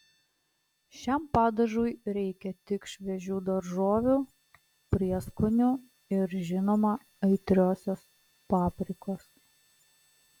šiam padažui reikia tik šviežių daržovių prieskonių ir žinoma aitriosios paprikos